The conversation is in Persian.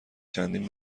چندین